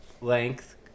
length